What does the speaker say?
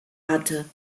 hatte